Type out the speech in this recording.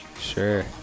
Sure